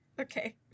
Okay